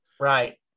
Right